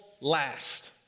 last